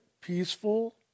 peaceful